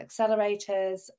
accelerators